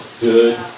good